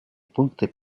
пункты